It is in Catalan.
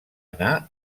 anar